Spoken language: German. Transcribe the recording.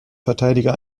verteidiger